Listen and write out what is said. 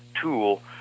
tool